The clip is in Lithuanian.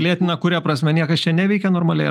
lėtina kuria prasme niekas čia neveikia normaliai